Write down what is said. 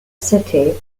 city